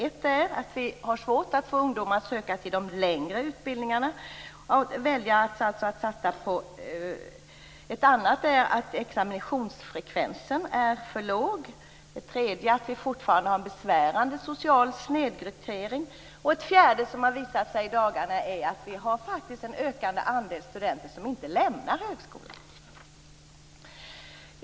Ett är att vi har svårt att få ungdomar att söka till de längre utbildningarna och välja att satsa på dessa. Ett annat är att examinationsfrekvensen är för låg. Ett tredje är att vi fortfarande har en besvärande social snedrekrytering. Ett fjärde, som har visat sig i dagarna, är att vi faktiskt har en ökande andel studenter som inte lämnar högskolan.